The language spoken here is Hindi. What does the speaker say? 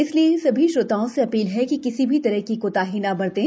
इसलिए सभी श्रोताओं से अपील है कि किसी भी तरह की कोताही न बरतें